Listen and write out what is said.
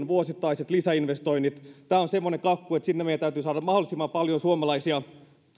vuosittaiset lisäinvestoinnit tämä on semmoinen kakku että meidän täytyy saada mahdollisimman paljon suomalaisia